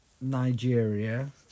Nigeria